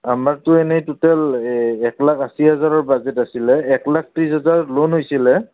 আমাৰটো এনেই টোটেল এক লাখ আশী হাজাৰৰ বাজেট আছিলে এক লাখ ত্ৰিছ হাজাৰ লোন হৈছিলে